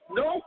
no